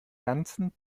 ganzen